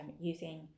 using